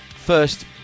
first